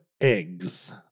eggs